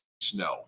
snow